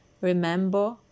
Remember